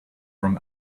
from